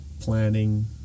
planning